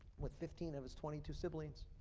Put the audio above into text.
with fifteen of his twenty two siblings